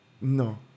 No